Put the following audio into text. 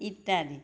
ইত্যাদি